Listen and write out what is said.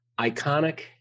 Iconic